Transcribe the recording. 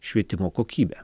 švietimo kokybę